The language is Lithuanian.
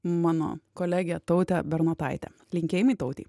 mano kolege taute bernotaite linkėjimai tautei